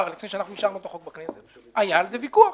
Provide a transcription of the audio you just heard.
לפני שאישרנו את החוק בכנסת היה על זה ויכוח.